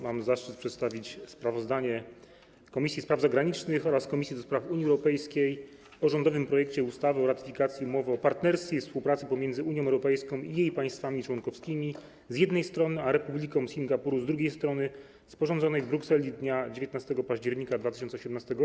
Mam zaszczyt przedstawić sprawozdanie Komisji Spraw Zagranicznych oraz Komisji do Spraw Unii Europejskiej o rządowym projekcie ustawy o ratyfikacji Umowy o partnerstwie i współpracy pomiędzy Unią Europejską i jej państwami członkowskimi, z jednej strony, a Republiką Singapuru, z drugiej strony, sporządzonej w Brukseli dnia 19 października 2018 r.